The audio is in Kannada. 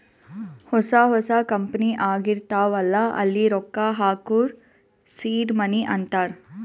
ಹೊಸಾ ಹೊಸಾ ಕಂಪನಿ ಆಗಿರ್ತಾವ್ ಅಲ್ಲಾ ಅಲ್ಲಿ ರೊಕ್ಕಾ ಹಾಕೂರ್ ಸೀಡ್ ಮನಿ ಅಂತಾರ